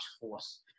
force